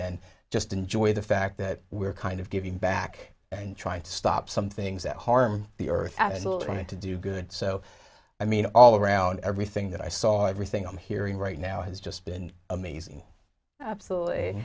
and just enjoy the fact that we're kind of giving back and trying to stop some things that harm the earth as a little trying to do good so i mean all around everything that i saw everything i'm hearing right now has just been amazing absolutely